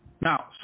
Now